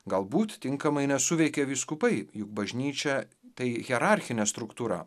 galbūt tinkamai nesuveikė vyskupai juk bažnyčia tai hierarchinė struktūra